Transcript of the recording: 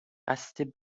قصد